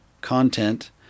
content